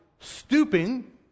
stooping